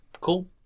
Cool